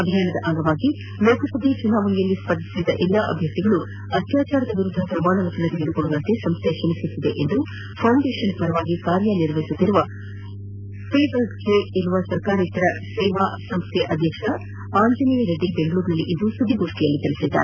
ಅಭಿಯಾನದ ಭಾಗವಾಗಿ ಲೋಕಸಭಾ ಚುನಾವಣೆಯಲ್ಲಿ ಸ್ಪರ್ಧಿಸಿದ ಎಲ್ಲಾ ಅಭ್ಯರ್ಥಿಗಳು ಅತ್ಯಾಚಾರದ ವಿರುದ್ದ ಪ್ರಮಾಣ ವಚನ ತೆಗೆದುಕೊಳ್ಳುವಂತೆ ಸಂಸ್ಟೆ ಶ್ರಮಿಸುತ್ತಿದೆ ಎಂದು ಫೌಂಡೇಶನ್ ಪರವಾಗಿ ಕಾರ್ಯನಿರ್ವಹಿಸುತ್ತಿರುವ ಫೆವರ್ಡ್ ಕೆ ಎಂಬ ಸರ್ಕಾರೇತರ ಸೇವಾ ಸಂಸ್ಥೆಯ ಅಧ್ಯಕ್ಷ ಆಂಜನೇಯ ರೆಡ್ಡಿ ಬೆಂಗಳೂರಿನಲ್ಲಿಂದು ಸುದ್ದಿಗೋಷ್ಠಿಯಲ್ಲಿ ತಿಳಿಸಿದ್ದಾರೆ